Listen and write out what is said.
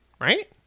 right